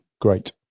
great